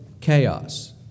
chaos